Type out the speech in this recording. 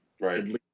Right